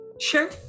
sure